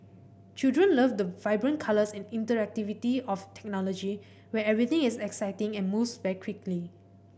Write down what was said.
children love the vibrant colours and interactivity of technology where everything is exciting and moves very quickly